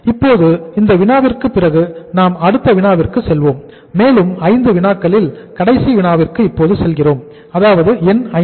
இப்போது இந்த வினாவிற்கு பிறகு நாம் அடுத்த வினாவிற்கு செல்வோம் மேலும் 5 வினாக்களில் கடைசி வினாவிற்கு இப்போது செல்கிறோம் அதாவது எண் 5